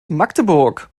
magdeburg